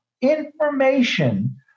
information